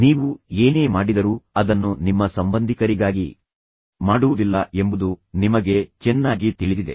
ನೀವು ಏನೇ ಮಾಡಿದರೂ ಅದನ್ನು ನಿಮ್ಮ ಸಂಬಂಧಿಕರಿಗಾಗಿ ಮಾಡುವುದಿಲ್ಲ ಎಂಬುದು ನಿಮಗೆ ಚೆನ್ನಾಗಿ ತಿಳಿದಿದೆ